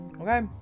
okay